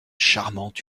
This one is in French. charmante